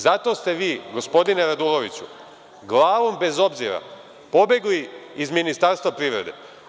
Zato ste vi gospodine Raduloviću glavom bez obzira pobegli iz Ministarstva privrede.